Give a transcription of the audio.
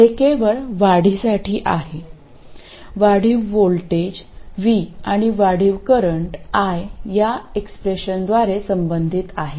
हे केवळ वाढीसाठी आहे वाढीव व्होल्टेज V आणि वाढीव करंट i या एक्सप्रेशनद्वारे संबंधित आहेत